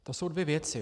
To jsou dvě věci.